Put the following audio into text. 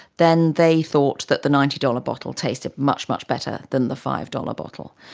then they thought that the ninety dollars bottle tasted much, much better than the five dollars bottle.